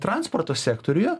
transporto sektoriuje